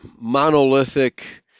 monolithic